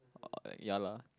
oh ya lah